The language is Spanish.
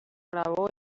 grabó